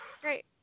Great